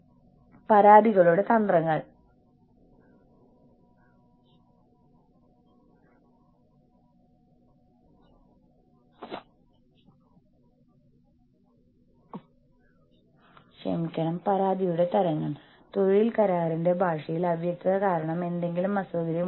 യൂണിയനുകളുടെ രൂപീകരണം നിർത്താൻ നിങ്ങൾ നിങ്ങളുടെ കഴിവിൽ എല്ലാം ശ്രമിക്കുന്നു